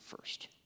first